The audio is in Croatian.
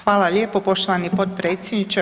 Hvala lijepo, poštovani potpredsjedniče.